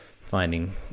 finding